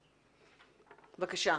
בבקשה.